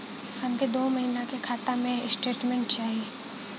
हमके दो महीना के खाता के स्टेटमेंट चाही?